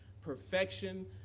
Perfection